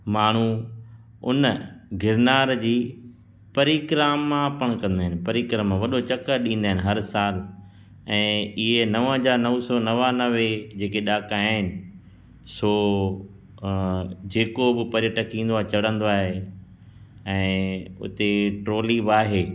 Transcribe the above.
माण्हू उन गिरनार जी परिक्रमा पिणु कंदा आहिनि परिक्रमा वॾो चकरु ॾींदा आहिनि हर साल ऐं इहे नव हज़ार नव सौ नवानवे जेके ॾाका आहिनि सो जेको बि पर्यटक ईंदो आहे चढ़ंदो आहे ऐं उते ट्रॉली बि आहे